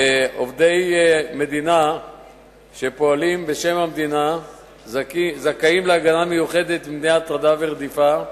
עובדי מדינה שפועלים בשם המדינה זכאים להגנה מיוחדת מפני הטרדה ורדיפה,